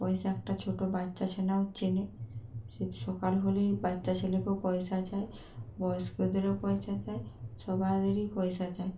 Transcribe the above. পয়সা একটা ছোটো বাচ্চা ছেলেও চেনে সেই সকাল হলেই বাচ্চা ছেলেকেও পয়সা চাই বয়স্কদেরও পয়সা চাই সবাইদেরই পয়সা চাই